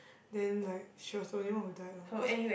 then like she was the only one who died lor cause